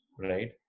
right